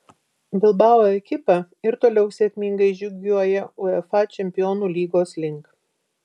bilbao ekipa ir toliau sėkmingai žygiuoja uefa čempionų lygos link